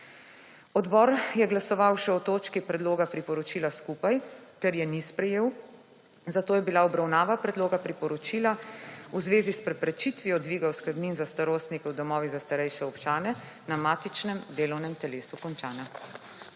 Odbor je glasoval še o točki predloga priporočila skupaj ter je ni sprejel, zato je bila obravnava predloga priporočila v zvezi s preprečitvijo dviga oskrbnin za starostnike v domovih za starejše občana na matičnem delovnem telesu končana.